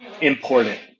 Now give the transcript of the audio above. important